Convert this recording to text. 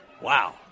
Wow